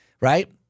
right